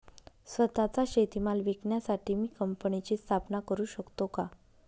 स्वत:चा शेतीमाल विकण्यासाठी मी कंपनीची स्थापना करु शकतो का?